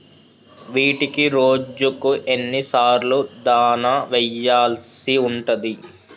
వీటికి రోజుకు ఎన్ని సార్లు దాణా వెయ్యాల్సి ఉంటది?